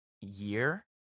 year